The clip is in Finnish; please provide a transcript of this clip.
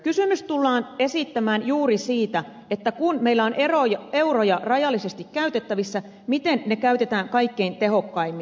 kysymys tullaan esittämään juuri siitä että kun meillä on euroja rajallisesti käytettävissä miten ne käytetään kaikkein tehokkaimmin